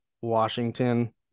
Washington